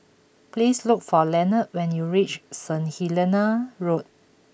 please look for Leonard when you reach Saint Helena Road